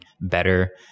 better